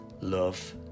love